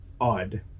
odd